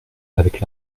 avec